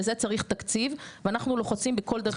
לזה צריך תקציב, ואנחנו לוחצים בכל דרך אפשרית.